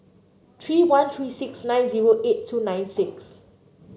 three one three six nine zero eight two nine six